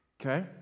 Okay